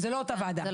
זה לא אותו הדבר.